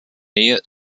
nähe